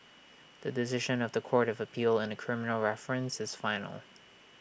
the decision of The Court of appeal in A criminal reference is final